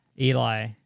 Eli